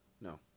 No